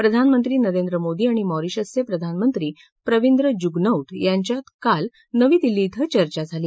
प्रधानमंत्री नरेंद्र मोदी आणि मॉरिशसचे प्रधानमंत्री प्रवींद जुगनौथ यांच्यात काल नवी दिल्ली क्वे चर्चा झाली